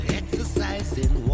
exercising